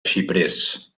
xiprers